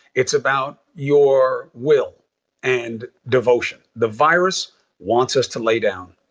it's about your will and devotion. the virus wants us to lay down.